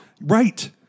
Right